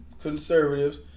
conservatives